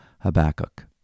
Habakkuk